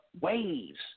waves